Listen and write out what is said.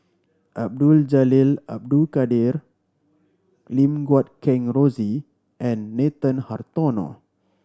Abdul Jalil Abdul Kadir Lim Guat Kheng Rosie and Nathan Hartono